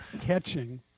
catching